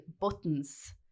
buttons